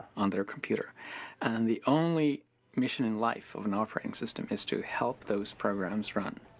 on their computer and the only mission in life of an operating system is to help those programs run.